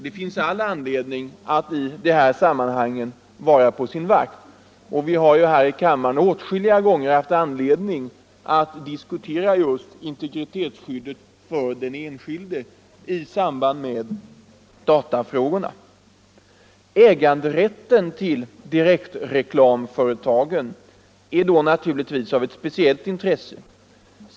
Det finns all anledning att i de här sammanhangen vara på sin vakt, och vi har här i kammaren åtskilliga gånger haft anledning att diskutera just integritetsskyddet för den enskilde i samband med datafrågorna. Ägandet till direktreklamföretagen är då naturligtvis av speciellt intresse.